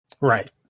Right